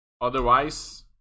Otherwise